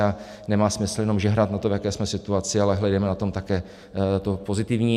A nemá smysl jenom žehrat na to, v jaké jsme situaci, ale hledejme na tom také to pozitivní.